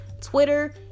Twitter